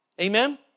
Amen